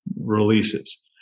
releases